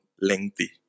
lengthy